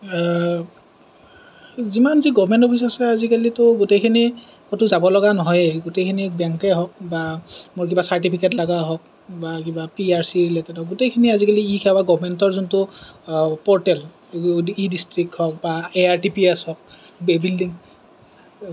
এ যিমান যি government office আছে আজিকালিতো গোটেইখিনি ক'তো যাব লগা নহয়েই গোটেইখিনি বেংকেই হওঁক বা মোৰ কিবা চাৰ্টিফিকেট লগা হওঁক বা কিবা পি আৰ চি ৰিলেটেদ হওঁক গোটেইখিনি আজিকালি ই সেৱা গৱৰ্মেন্টৰ যোনটো পৰ্টেল ই ডিষ্ট্ৰিক্ট হওঁক বা A R T P S হওঁক বিল্ডিং